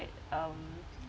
um